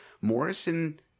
Morrison